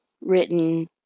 Written